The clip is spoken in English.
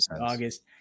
August